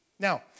Now